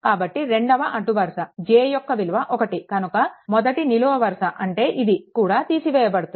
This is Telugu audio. కాబట్టి రెండవ అడ్డు వరుస j యొక్క విలువ 1 కనుక మొదటి నిలువు వరుస అంటే ఇది కూడా తీసివేయబడుతుంది